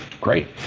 Great